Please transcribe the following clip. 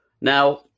Now